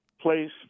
place